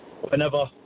whenever